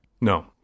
No